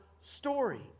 story